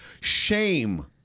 Shame